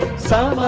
so